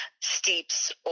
steeps